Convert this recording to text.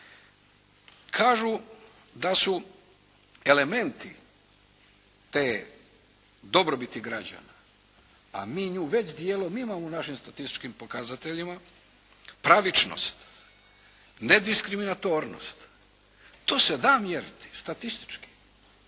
Kažu da su elementi te dobrobiti građana, a mi nju već dijelom imamo u našim statističkim pokazateljima, pravičnost, nediskriminatornost. To se da mjeriti statistički.